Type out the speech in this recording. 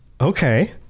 okay